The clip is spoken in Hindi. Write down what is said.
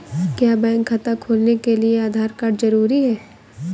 क्या बैंक खाता खोलने के लिए आधार कार्ड जरूरी है?